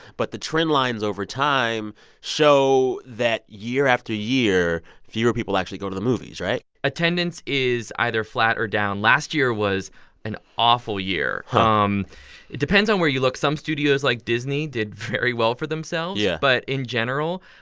but the trend lines over time show that year after year, fewer people actually go to the movies, right? attendance is either flat or down. last year, it was an awful year. um it depends on where you look. some studios, like disney, did very well for themselves yeah but in general,